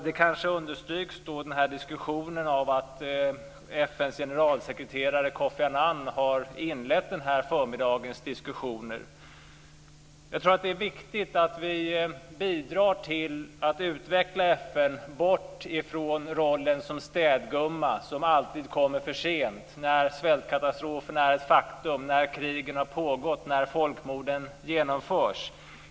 Diskussionen understryks av att FN:s generalsekreterare Kofi Annan har inlett förmiddagens diskussioner. Det är viktigt att vi bidrar till att utveckla FN bort från rollen som städgumma, som alltid kommer för sent - när svältkatastrofen är ett faktum, när krigen har pågått, när folkmorden genomförs.